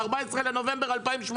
ב-14 בנובמבר 2018,